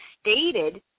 stated